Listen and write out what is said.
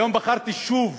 היום בחרתי שוב